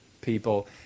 people